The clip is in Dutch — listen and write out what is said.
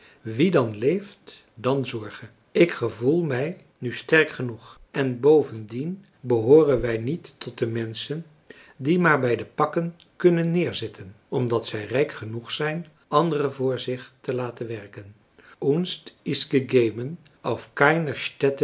wie dan leeft dan zorge ik gevoel mij nu sterk genoeg en bovendien behooren wij niet tot de menschen die maar bij de pakken kunnen neerzitten omdat zij rijk genoeg zijn anderen voor zich te laten werken uns ist